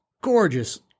gorgeous